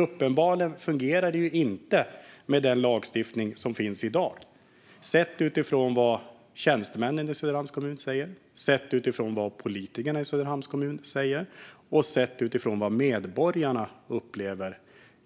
Uppenbarligen fungerar det inte med den lagstiftning som finns i dag, sett utifrån vad tjänstemännen i Söderhamns kommun säger, vad politikerna i Söderhamns kommun säger och vad medborgarna